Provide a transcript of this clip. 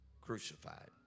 crucified